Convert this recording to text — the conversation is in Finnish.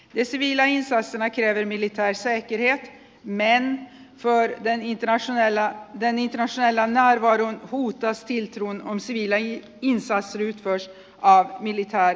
ne siiviläin säestämä qerimi litraisen kirja meidän kaikkien niitten asuneilla ja niitä selän aivan uutta det är bra för soldater att delta i militära insatser